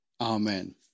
Amen